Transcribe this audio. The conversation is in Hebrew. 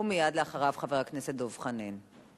ומייד אחריו, חבר הכנסת דב חנין.